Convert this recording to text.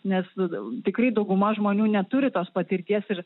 nes todėl tikrai dauguma žmonių neturi tos patirties ir